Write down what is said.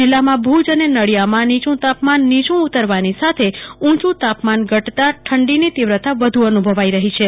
જીલ્લામાં ભુજ અને નલિયામાં નીચું તાપમાન નીચું ઉતરવાની સાથે ઉચું તાપમાન ઘટતા ઠંડીની તીવ્રતા વધુ અનુભવાય છે